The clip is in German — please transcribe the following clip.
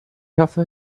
hoffe